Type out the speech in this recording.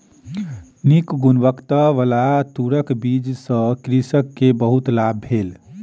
नीक गुणवत्ताबला तूरक बीज सॅ कृषक के बहुत लाभ भेल